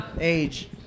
Age